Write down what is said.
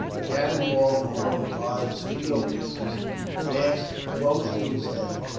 a cannonball from one of clive's field pieces passed close to his head.